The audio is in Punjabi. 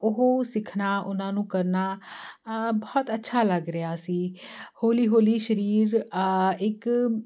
ਉਹ ਸਿੱਖਣਾ ਉਹਨਾਂ ਨੂੰ ਕਰਨਾ ਬਹੁਤ ਅੱਛਾ ਲੱਗ ਰਿਹਾ ਸੀ ਹੌਲੀ ਹੌਲੀ ਸਰੀਰ ਇੱਕ